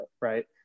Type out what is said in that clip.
Right